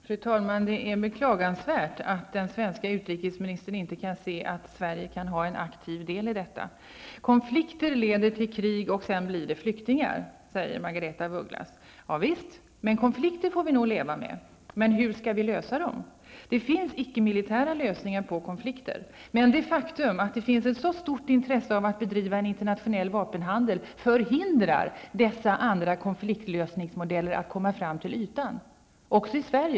Fru talman! Det är beklagansvärt att den svenska utrikesministern inte kan se att Sverige kan ha en aktiv del i detta. Konflikter leder till krig, och sedan blir det flyktingar, säger Margaretha af Ugglas. Javisst, men konflikter får vi nog leva med. Men hur skall vi lösa dem? Det finns icke-militära lösningar på konflikter, men det faktum att det finns ett så stort intresse av att bedriva en internationell vapenhandel förhindrar dessa andra konfliktlösningsmodeller att komma upp till ytan. Det gäller också i Sverige.